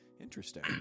interesting